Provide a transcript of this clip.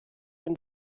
ein